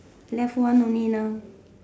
left one only now